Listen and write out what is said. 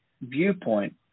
viewpoint